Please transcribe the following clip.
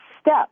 step